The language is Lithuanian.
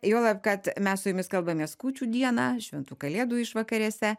juolab kad mes su jumis kalbamės kūčių dieną šventų kalėdų išvakarėse